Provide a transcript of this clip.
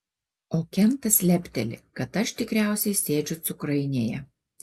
o kentas lepteli kad aš tikriausiai sėdžiu cukrainėje